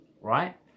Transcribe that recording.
right